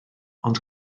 ond